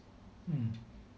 mm